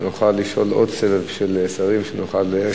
שנוכל לשאול עוד סבב של שעת שאלות.